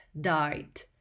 died